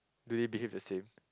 do we behave the same